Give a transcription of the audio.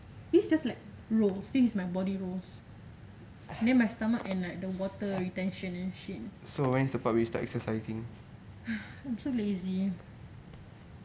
this just like rolls this is my body rolls near my stomach and like the water retention ugh I'm so lazy